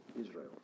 Israel